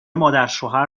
مادرشوهر